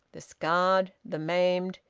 the scared, the maimed,